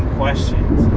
questions